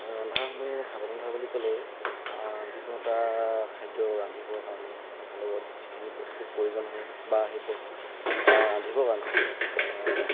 অ' ৰন্ধাৰ সময়ত সাৱধানতা বুলি ক'লে যিকোনো এটা খাদ্য ৰান্ধিবৰ কাৰণে তাৰলগত যিখিনি বস্তু প্ৰয়োজন হয় বা সেই বস্তু ৰান্ধিবৰ কাৰণে